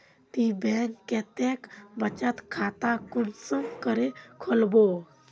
ती बैंक कतेक बचत खाता कुंसम करे खोलबो?